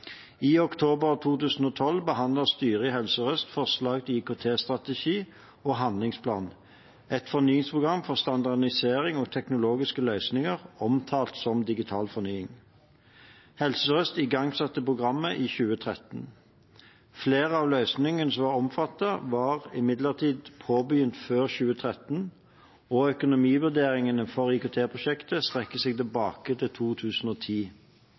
i Helse Sør-Øst. I oktober 2012 behandlet styret i Helse Sør-Øst forslag til IKT-strategi og handlingsplan – et fornyingsprogram for standardisering og teknologiske løsninger, omtalt som Digital fornying. Helse Sør-Øst igangsatte programmet i 2013. Flere av løsningene som var omfattet, var imidlertid påbegynt før 2013, og økonomivurderingene for IKT-prosjektene strekker seg tilbake til 2010.